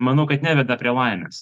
manau kad neveda prie laimės